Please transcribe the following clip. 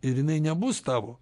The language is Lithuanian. ir jinai nebus tavo